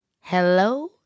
Hello